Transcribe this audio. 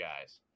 guys